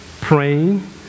praying